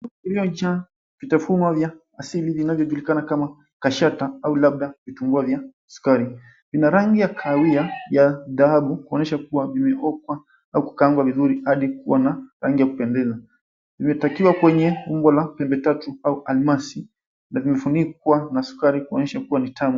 Vitafunwa 𝑣𝑦𝑎 asili vinavyojulikana kama 𝑘ashata au labda vitumbua vya sukari. Vina rangi ya kahawia ya dhahabu kuonyesha kuwa vimeokwa au kukangwa vizuri hadi kuwa na rangi ya kupendeza. Vimetakiwa kwenye umbo la pembe tatu au almasi na vimefunikwa na sukari kuonyesha kuwa ni tamu.